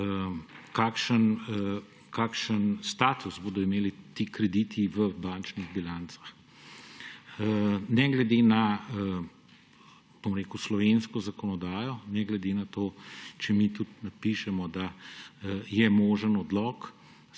kakšen status bodo imeli ti krediti v bančnih bilancah. Ne glede na slovensko zakonodajo, ne glede na to, ali mi napišemo, da je možen odlog,